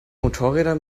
motorräder